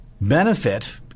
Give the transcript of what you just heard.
benefit